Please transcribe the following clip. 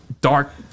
dark